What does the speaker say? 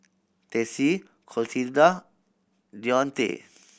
Tessie Clotilda Deontae